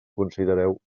considereu